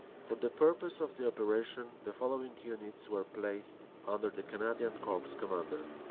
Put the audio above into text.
for the purpose of the operation the following units were placed under the canadian corps commander